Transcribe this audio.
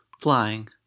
flying